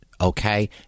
okay